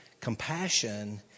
compassion